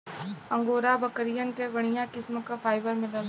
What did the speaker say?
angora बकरियन से बढ़िया किस्म क फाइबर मिलला